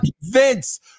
Vince